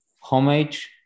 Homage